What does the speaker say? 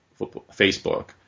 Facebook